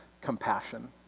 compassion